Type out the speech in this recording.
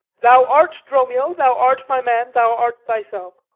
thou art dromio, thou art my man, thou art thyself.